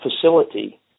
facility